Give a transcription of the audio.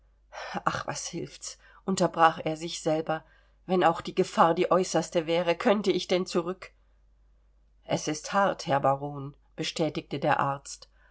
ach was hilft's unterbrach er sich selber wenn auch die gefahr die äußerste wäre könnte ich denn zurück es ist hart herr baron bestätigte der arzt